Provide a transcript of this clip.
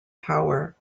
power